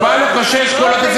הוא בא לקושש קולות.